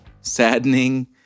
saddening